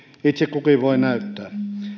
itse kukin voi näyttää